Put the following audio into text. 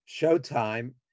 Showtime